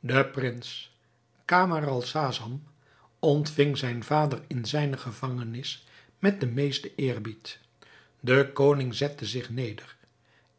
de prins camaralzaman ontving zijn vader in zijne gevangenis met den meesten eerbied de koning zette zich neder